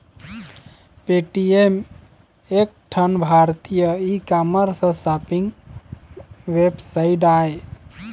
Paytm एक ठन भारतीय ई कामर्स सॉपिंग वेबसाइट आय